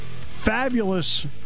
Fabulous